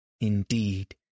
indeed